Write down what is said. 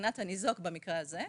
שמבחינת הניזוק במקרה הזה,